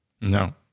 No